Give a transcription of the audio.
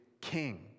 king